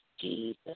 Jesus